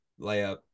layup